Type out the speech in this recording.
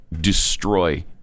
destroy